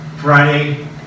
Friday